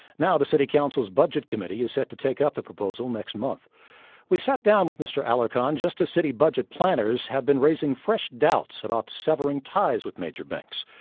now, the city council's budget committee is set to take up the proposal next month we sat down with mr. alarcon just as city budget planners have been raising fresh doubts about severing ties with major banks.